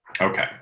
Okay